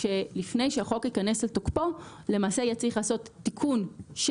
שלפני שהחוק ייכנס לתוקפו למעשה יהיה צריך לעשות תיקון של